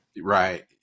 right